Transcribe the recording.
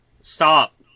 stop